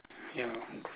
ya